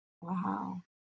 Wow